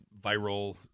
viral